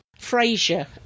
Frasier